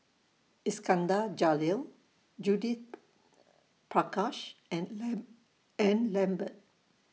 Iskandar Jalil Judith Prakash and and Lambert